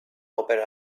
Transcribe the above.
over